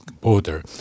border